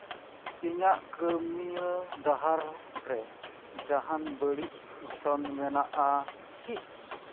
ᱤᱧᱟᱹᱜ ᱠᱟᱹᱢᱭᱟᱹ ᱰᱟᱦᱟᱨ ᱨᱮ ᱡᱟᱦᱟᱱ ᱵᱟᱹᱲᱤᱡ ᱜᱷᱚᱴᱚᱱ ᱢᱮᱱᱟᱜᱼᱟ ᱠᱤ